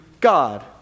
God